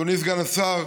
אדוני סגן השר,